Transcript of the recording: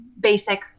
basic